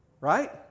right